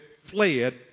fled